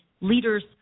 leaders